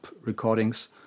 recordings